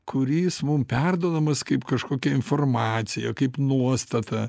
kuris mum perduodamas kaip kažkokia informacija kaip nuostata